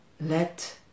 let